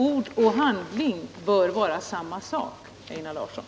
Ord och handling bör vara samma sak, Einar Larsson.